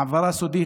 העברה סודית,